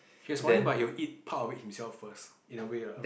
he is funny but he will eat part of it himself first in a way lah